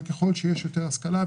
אבל ככל שיש יותר השכלה,